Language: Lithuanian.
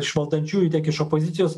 iš valdančiųjų tiek iš opozicijos